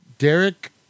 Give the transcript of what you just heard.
Derek